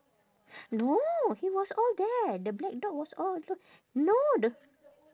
no he was all there the black dog was all alo~ no the